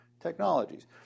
technologies